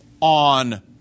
on